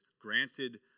granted